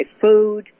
food